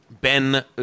Ben